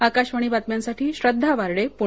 आकाशवाणी बातम्यांसाठी श्रद्वा वार्डे पुणे